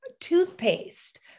toothpaste